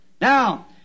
Now